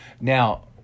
Now